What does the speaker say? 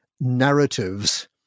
narratives